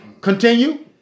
Continue